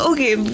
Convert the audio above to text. Okay